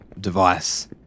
device